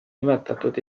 nimetatud